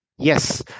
Yes